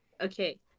okay